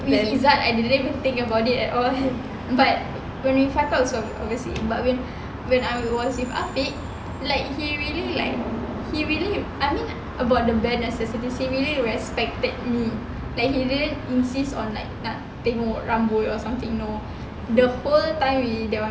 with izzat I didn't even think about it at all but when we started obviously but when I was with afiq like he really like he really I mean about the bare necessities he really respected me like he didn't insist on like nak tengok rambut pay more runway or something the whole time he that [one]